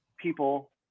people